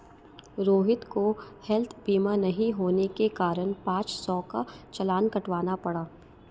रोहित को हैल्थ बीमा नहीं होने के कारण पाँच सौ का चालान कटवाना पड़ा